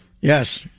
Yes